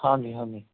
ਹਾਂਜੀ ਹਾਂਜੀ